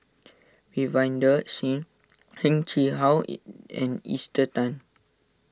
Ravinder Singh Heng Chee How in and Esther Tan